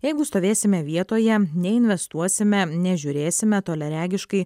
jeigu stovėsime vietoje neinvestuosime nežiūrėsime toliaregiškai